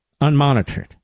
unmonitored